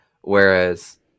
Whereas